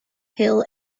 hill